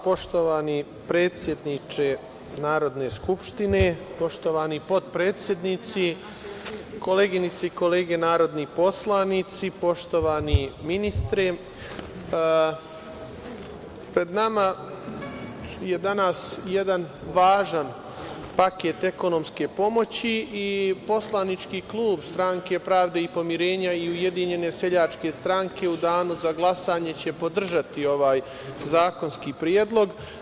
Poštovani predsedniče Narodne skupštine, poštovani potpredsednici, koleginice i kolege narodni poslanici, poštovani ministre, pred nama je danas jedan važan paket ekonomske pomoći i Poslanički klub Stranke pravde i pomirenja i Ujedinjene seljačke stranke u danu za glasanje će podržati ovaj zakonski predlog.